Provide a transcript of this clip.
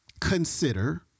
consider